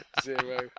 Zero